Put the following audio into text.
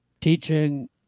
teaching